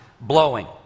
blowing